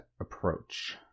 approach